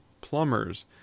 plumbers